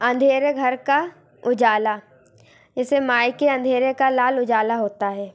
अंधेरे घर का उजाला जेसे माइ के अंधेरे का लाल उजाला होता है